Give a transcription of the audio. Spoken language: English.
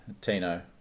Tino